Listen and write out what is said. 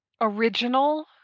original